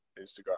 Instagram